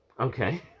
Okay